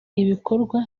ibikorwa